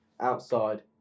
outside